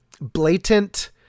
blatant